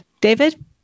David